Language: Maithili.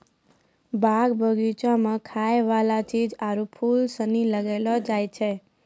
बागवानी मे खाय वाला चीज आरु फूल सनी लगैलो जाय छै